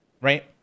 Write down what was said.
right